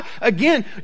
again